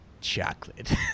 chocolate